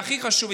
והכי חשוב,